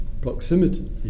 proximity